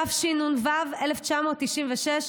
התשנ"ו 1996,